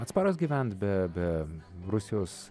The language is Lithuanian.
atsparūs gyvent be be rusijos